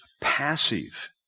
passive